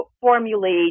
formulate